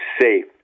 safe